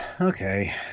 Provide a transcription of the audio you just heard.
Okay